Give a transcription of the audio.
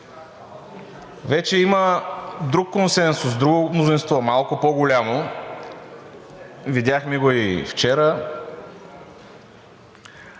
Вече има друг консенсус, друго мнозинство, малко по-голямо. Видяхме го и вчера.